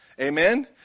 Amen